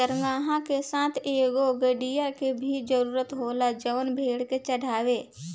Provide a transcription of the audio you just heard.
चारागाह के साथ एगो गड़ेड़िया के भी जरूरत होला जवन भेड़ के चढ़ावे